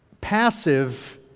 passive